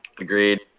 Agreed